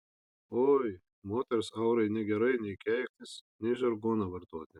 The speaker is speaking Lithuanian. oi moters aurai negerai nei keiktis nei žargoną vartoti